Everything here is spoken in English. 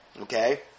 okay